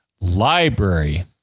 library